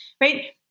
Right